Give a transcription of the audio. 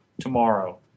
tomorrow